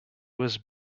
was